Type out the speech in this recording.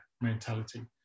mentality